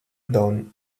dawn